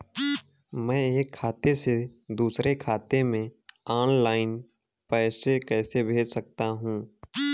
मैं एक खाते से दूसरे खाते में ऑनलाइन पैसे कैसे भेज सकता हूँ?